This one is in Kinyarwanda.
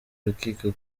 urukiko